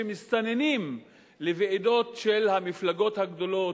שמסתננים לוועידות של המפלגות הגדולות,